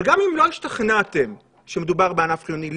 אבל גם אם לא השתכנעתם שמדובר בענף חיוני,